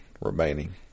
remaining